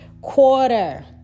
quarter